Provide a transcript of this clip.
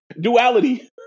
duality